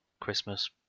Christmas